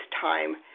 time